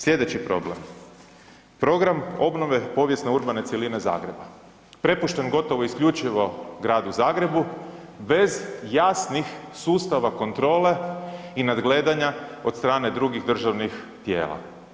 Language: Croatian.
Slijedeći problem, program obnove povijesne urbane cjeline Zagreba, prepušten gotovo isključivo Gradu Zagrebu bez jasnih sustava kontrole i nadgledanja od strane drugih državnih tijela.